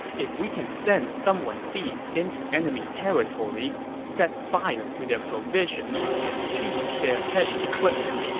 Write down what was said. if we can send someone deep into enemy territory, set fire to their provisions and seize their heavy equipment,